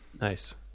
nice